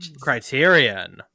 Criterion